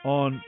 on